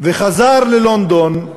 וחזר ללונדון,